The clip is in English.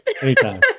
Anytime